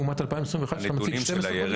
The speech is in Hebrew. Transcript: לעומת 2021 שאתה מציג 12 חודשים?